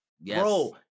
Bro